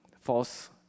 false